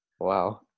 Wow